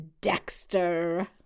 Dexter